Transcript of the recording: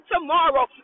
tomorrow